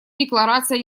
декларация